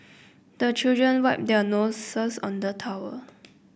the children wipe their noses on the towel